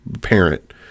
parent